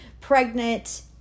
pregnant